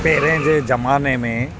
पहिरें जे ज़माने में